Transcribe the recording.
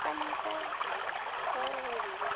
پندرہ فروری